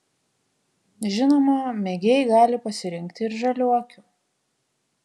žinoma mėgėjai gali pasirinkti ir žaliuokių